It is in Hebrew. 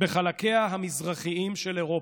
בחלקיה המזרחיים של אירופה.